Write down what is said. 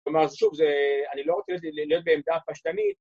כלומר שוב, זה... אני לא רוצה להיות בעמדה הפשטנית